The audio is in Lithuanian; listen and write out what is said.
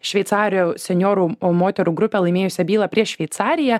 šveicarių senjorų moterų grupę laimėjusią bylą prieš šveicariją